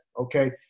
okay